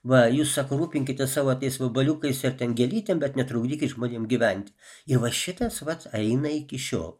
va jūs sako rūpinkitės savo tais vabaliukais ir ten gėlytėm bet netrukdykit žmonėm gyventi ir va šitas vat eina iki šiol